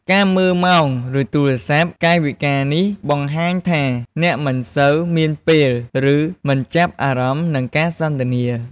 ការមើលម៉ោង ឬទូរស័ព្ទ កាយវិការនេះបង្ហាញថាអ្នកមិនសូវមានពេល ឬមិនចាប់អារម្មណ៍នឹងការសន្ទនា។